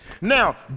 Now